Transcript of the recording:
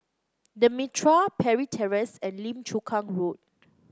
The Mitraa Parry Terrace and Lim Chu Kang Road